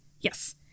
Yes